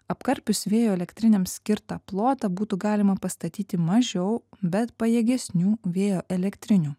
apkarpius vėjo elektrinėms skirtą plotą būtų galima pastatyti mažiau bet pajėgesnių vėjo elektrinių